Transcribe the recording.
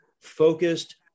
focused